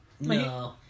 No